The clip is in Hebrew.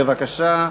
בבקשה.